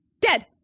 Dead